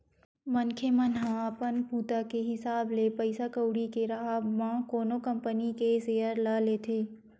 मनखे मन ह अपन बूता के हिसाब ले पइसा कउड़ी के राहब म कोनो कंपनी के सेयर ल लेथे